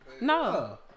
No